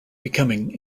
becoming